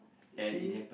you see